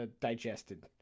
digested